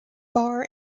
bar